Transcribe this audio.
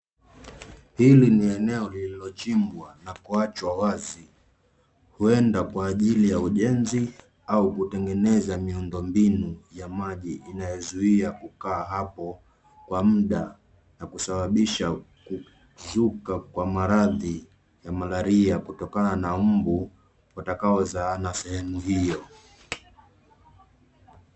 Hili ni eneo lililochimbwa na kuachwa wazi, huenda kwa ajili ya ujenzi, au kutengeneza miundo mbinu ya maji, inayozuia kukaa hapo kwa muda, na kusababisha kuzuka kwa maradhi ya Malaria, kutokana na mbu watakaozaana sehemu hio.